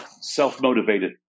self-motivated